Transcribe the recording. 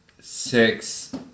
six